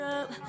up